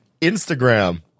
Instagram